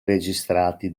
registrati